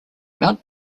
mount